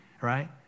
right